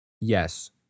Yes